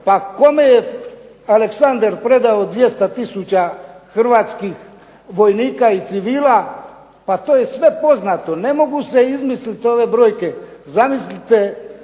Pa kome je Aleksander predao 200 tisuća hrvatskih vojnika i civila, pa to je sve poznato. Ne mogu se izmisliti ove brojke. Zamislite